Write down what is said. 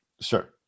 Sure